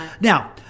now